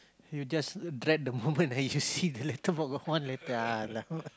you just dread the moment that you see the letterbox got one letter ah !alamak!